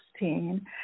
16